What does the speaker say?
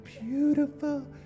beautiful